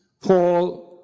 Paul